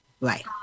right